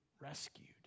rescued